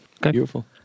beautiful